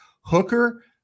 Hooker